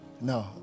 no